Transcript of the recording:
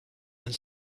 and